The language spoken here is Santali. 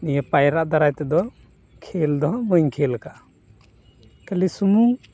ᱱᱤᱭᱟᱹ ᱯᱟᱭᱨᱟ ᱫᱟᱨᱟᱭ ᱛᱮᱫᱚ ᱠᱷᱮᱞ ᱫᱚ ᱦᱟᱸᱜ ᱵᱟᱹᱧ ᱠᱷᱮᱹᱞ ᱟᱠᱟᱫᱼᱟ ᱠᱷᱟᱹᱞᱤ ᱥᱩᱢᱩᱝ